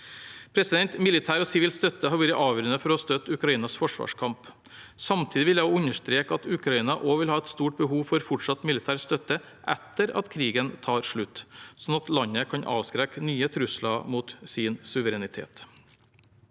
Militær og sivil støtte har vært avgjørende for å støtte Ukrainas forsvarskamp. Samtidig vil jeg understreke at Ukraina også vil ha et stort behov for fortsatt militær støtte etter at krigen tar slutt, slik at landet kan avskrekke nye trusler mot sin suverenitet.